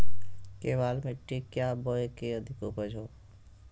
केबाल मिट्टी क्या बोए की अधिक उपज हो?